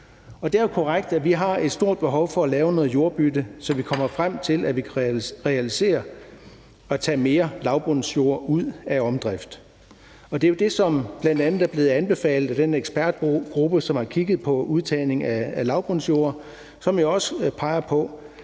Det er jo korrekt, at vi har et stort behov for at lave noget jordbytte, så vi kommer frem til, at vi kan realisere og tage mere lavbundsjord ud af omdrift. Og det er jo det, som bl.a. er blevet anbefalet af den ekspertgruppe, som har kigget på udtagning af lavbundsjorder, og som jo også peger på,